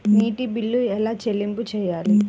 నీటి బిల్లు ఎలా చెల్లింపు చేయాలి?